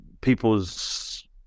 people's